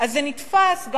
זה נתפס,